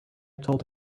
told